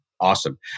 awesome